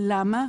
ולמה?